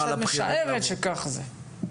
או שאת משערת שכך זה?